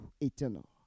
eternal